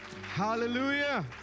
Hallelujah